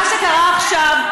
מה שקרה עכשיו,